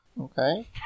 Okay